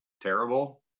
terrible